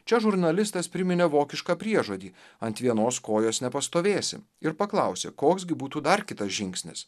čia žurnalistas priminė vokišką priežodį ant vienos kojos nepastovėsi ir paklausė koks gi būtų dar kitas žingsnis